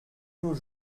nos